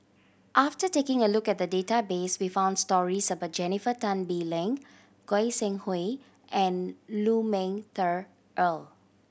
after taking a look at the database we found stories about Jennifer Tan Bee Leng Goi Seng Hui and Lu Ming Teh Earl